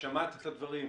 שמעת את הדברים?